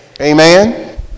Amen